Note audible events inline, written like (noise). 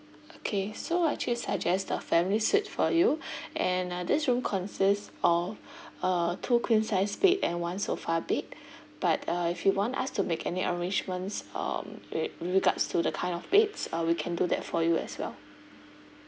okay so actually suggest the family suite for you (breath) and uh this room consists of a two queen size bed and one sofa bed but uh if you want us to make any arrangements um with with regards to the kind of beds uh we can do that for you as well